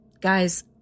Guys